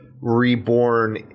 reborn